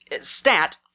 stat